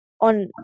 on